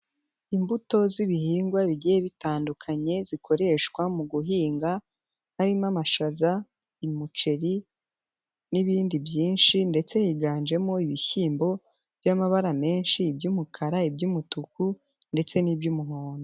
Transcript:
Imbuto z'ibihingwa bigiye bitandukanye zikoreshwa mu guhinga, harimo amashaza, umuceri n'ibindi byinshi ndetse higanjemo ibishyimbo by'amabara menshi iby'umukara iby'umutuku ndetse n'iby'umuhondo.